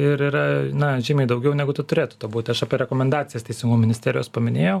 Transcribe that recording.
ir yra na žymiai daugiau negu tų turėtų to būti aš apie rekomendacijas teisingumo ministerijos paminėjau